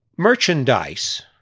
merchandise